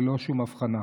ללא שום הבחנה.